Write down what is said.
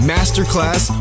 Masterclass